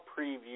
Preview